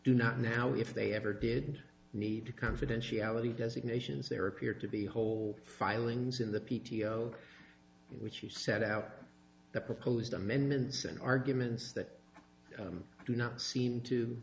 do not now if they ever did need to confidentiality designations there appear to be whole filings in the p t o which you set out the proposed amendments and arguments that do not seem to